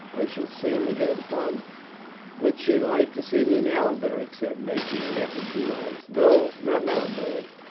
i shall see him again, father would she like to see me now? beric said, making an effort to rise. no, not now, beric.